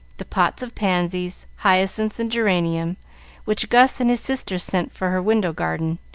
the pots of pansies, hyacinths, and geranium which gus and his sisters sent for her window garden,